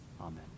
Amen